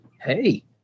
hey